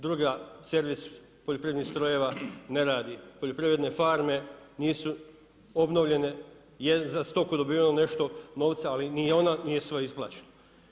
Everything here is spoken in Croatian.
Druga, servis poljoprivrednih strojeva ne radi, poljoprivrede farme nisu obnovljene, za stoku dobivaju nešto novaca ali ni ona nije sve isplaćeno.